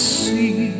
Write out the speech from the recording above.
see